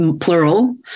plural